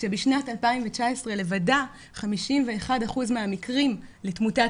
כשבשנת 2019 לבדה 51% מהמקרים לתמותת